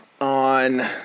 on